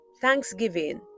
thanksgiving